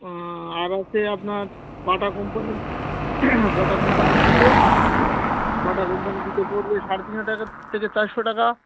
আর হচ্ছে আপনার বাটা কোম্পানির বাটা কোম্পানির জুতো বাটা কোম্পানির জুতো পড়বে সাড়ে তিনশো টাকার থেকে চারশো টাকা